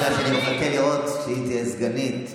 אמרתי לה שאני מחכה לראות שהיא תהיה סגנית,